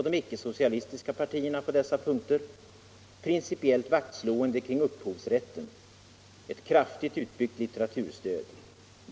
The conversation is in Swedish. De icke-socialistiska partiernas politik på dessa punkter kan sammanfattas sålunda: principiellt vaktslående kring upphovsrätten, ett kraftigt utbyggt litteraturstöd.